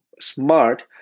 Smart